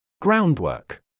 Groundwork